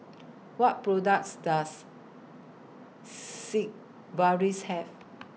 What products Does Sigvaris Have